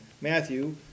Matthew